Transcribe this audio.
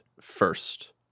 first